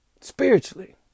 spiritually